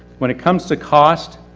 when it comes to cost,